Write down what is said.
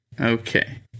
Okay